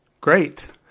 great